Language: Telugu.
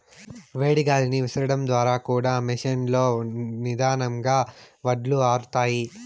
వేడి గాలిని విసరడం ద్వారా కూడా మెషీన్ లో నిదానంగా వడ్లు ఆరుతాయి